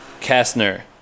Kastner